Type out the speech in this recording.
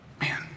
Man